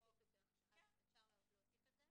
אפשר להוסיף את זה.